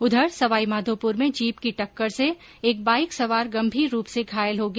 उधर सवाईमाधोपुर में जीप की टक्कर से एक बाईक सवार गंभीर रूप से घायल हो गया